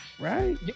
Right